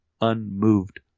unmoved